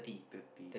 thirty